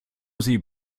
sie